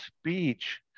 speech